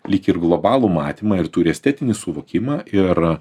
lyg ir globalų matymą ir turi estetinį suvokimą ir